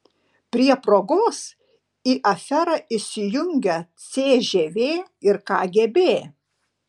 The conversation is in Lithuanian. prie progos į aferą įsijungia cžv ir kgb